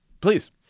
Please